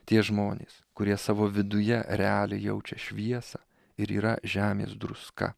tie žmonės kurie savo viduje realiai jaučia šviesą ir yra žemės druska